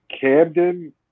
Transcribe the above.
Camden